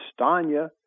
Stanya